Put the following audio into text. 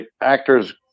actors